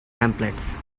pamphlets